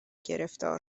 گرفتار